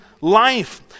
life